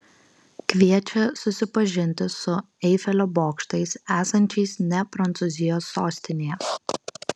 kviečia susipažinti su eifelio bokštais esančiais ne prancūzijos sostinėje